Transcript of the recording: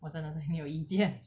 我真的对你有意见